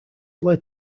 led